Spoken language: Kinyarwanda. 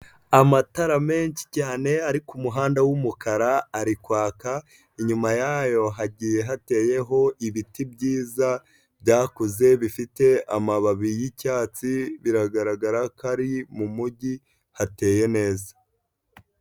Amatara menshi cyane ari ku muhanda wumukara, ari kwaka inyuma yayo hagiye hateyeho ibiti byiza byakuze bifite amababi y'icyatsi biragaragara ko ari mu mujyi hateye neza.